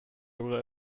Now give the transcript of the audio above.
will